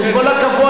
עם כל הכבוד,